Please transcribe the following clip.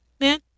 man